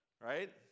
Right